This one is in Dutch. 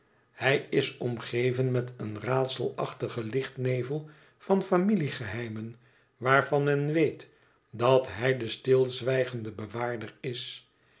hij is omgeven met een raadselachtigen lichtnevel van familiegeheimen waarvan men weet dat hij de stilzwijgende bewaarder is